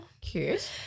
cute